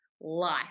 life